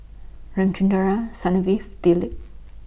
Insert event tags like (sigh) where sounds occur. Ramchundra (unintelligible) Dilip